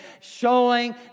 showing